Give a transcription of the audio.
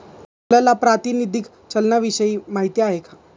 आपल्याला प्रातिनिधिक चलनाविषयी माहिती आहे का?